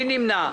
מי נמנע?